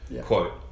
Quote